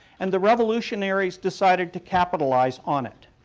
and the revolutionaries decided to capitalize on it.